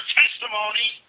testimony